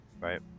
Right